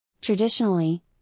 Traditionally